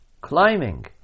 climbing